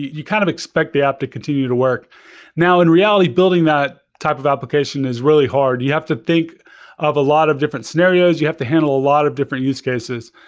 you kind of expect the app to continue to work now in reality, building that type of application is really hard. you have to think of a lot of different scenarios, you have to handle a lot of different use case.